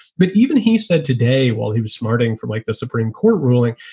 but even he said today, while he was smarting from like the supreme court ruling,